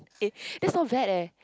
eh that's not bad eh